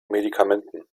medikamenten